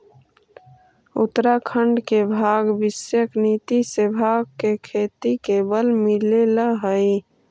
उत्तराखण्ड के भाँग विषयक नीति से भाँग के खेती के बल मिलले हइ